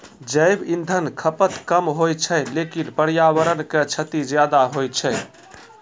जैव इंधन खपत कम होय छै लेकिन पर्यावरण क क्षति ज्यादा होय छै